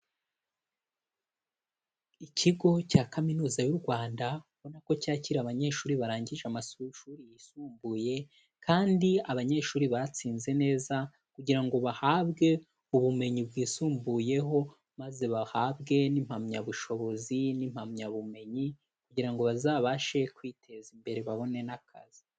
Ikigo cya kaminuza y'u Rwanda, ubonako cyakira abanyeshuri barangije amashurishuri yisumbuye kandi abanyeshuri batsinze neza kugira ngo bahabwe ubumenyi bwisumbuyeho, maze bahabwe n'impamyabushobozi n'impamyabumenyi kugira ngo bazabashe kwiteza imbere babone n'akazi.